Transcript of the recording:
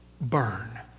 burn